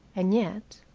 and yet